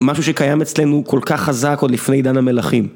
משהו שקיים אצלנו כל כך חזק עוד לפני עידן המלכים